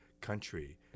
country